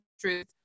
Truth